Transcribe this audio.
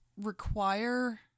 require